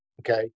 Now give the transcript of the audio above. Okay